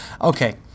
Okay